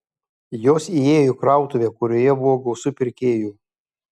jos įėjo į krautuvę kurioje buvo gausu pirkėjų